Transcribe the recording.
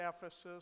Ephesus